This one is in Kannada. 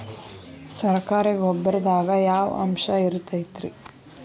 ಸರಕಾರಿ ಗೊಬ್ಬರದಾಗ ಯಾವ ಅಂಶ ಇರತೈತ್ರಿ?